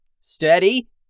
Steady